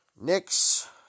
Knicks